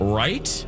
right